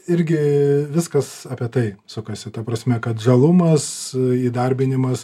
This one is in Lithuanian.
irgi viskas apie tai sukasi ta prasme kad žalumas įdarbinimas